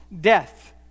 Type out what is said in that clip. death